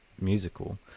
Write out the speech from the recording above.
musical